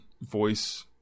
voice